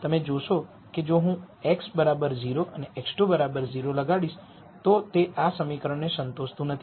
તેથી તમે જોશો કે જો હું x1 0 x2 0 લગાડીશ તો તે આ સમીકરણને સંતોષતું નથી